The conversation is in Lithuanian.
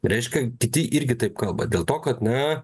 reiškia kiti irgi taip kalba dėl to kad na